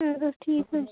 ٹھیٖک حَظ چھُ